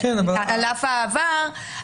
על אף העבר,